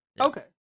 Okay